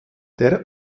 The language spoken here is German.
der